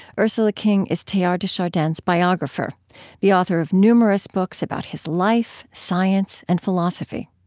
ursula king is teilhard de chardin's biographer the author of numerous books about his life, science, and philosophy